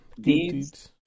Deeds